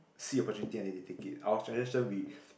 see opportunity and then they take it our generation we